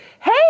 Hey